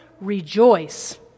Rejoice